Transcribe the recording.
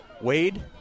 Wade